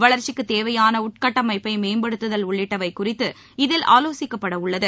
வளர்ச்சிக்கு தேவையான உட்கட்டமைப்பை மேம்படுத்துதல் உள்ளிட்டவை குறித்து இதில் ஆலோசிக்கப்படவுள்ளது